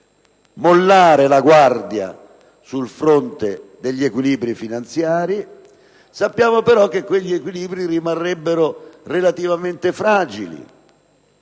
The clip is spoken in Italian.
mollare la guardia sul fronte degli equilibri finanziari. Sappiamo, però, che quegli equilibri rimarrebbero relativamente fragili,